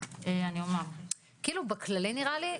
נראה לי,